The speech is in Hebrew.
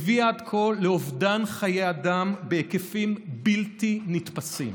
הביא עד כה לאובדן חיי אדם בהיקפים בלתי נתפסים,